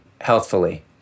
healthfully